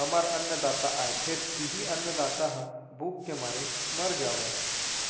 हमर अन्नदाता आय फेर इहीं अन्नदाता ह भूख के मारे मर जावय